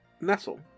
nestle